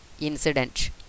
incident